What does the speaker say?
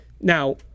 Now